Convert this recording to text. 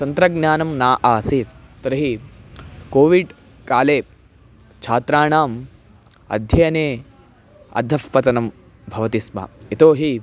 तन्त्रज्ञानं न आसीत् तर्हि कोविड्काले छात्राणाम् अध्ययने अधःपतनं भवति स्म यतोहि